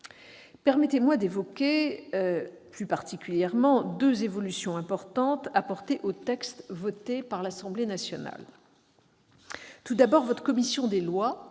Permettez-moi d'évoquer plus particulièrement deux évolutions importantes apportées au texte adopté par l'Assemblée nationale. Tout d'abord, votre commission des lois